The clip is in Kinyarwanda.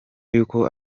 yuko